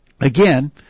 Again